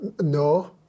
No